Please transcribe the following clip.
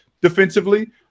defensively